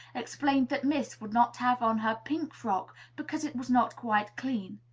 explained that miss would not have on her pink frock because it was not quite clean.